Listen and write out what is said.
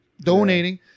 donating